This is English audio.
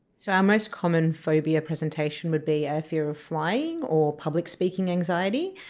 so our most common phobia presentation would be a fear of flying or public speaking anxiety,